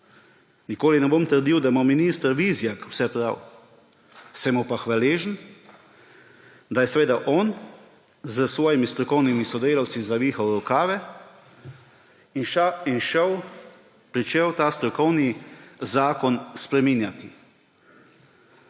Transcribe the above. nikoli ne bom trdil, da ima minister Vizjak vse prav, sem mu pa hvaležen, da je on s svojimi strokovnimi sodelavci zavihal rokave in pričel ta strokovni zakon spreminjati.